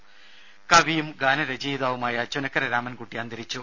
രദര കവിയും ഗാനരചയിതാവുമായ ചുനക്കര രാമൻകുട്ടി അന്തരിച്ചു